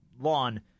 lawn